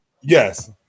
Yes